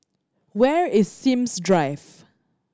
where is Sims Drive